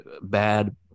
bad